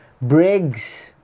Briggs